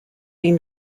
been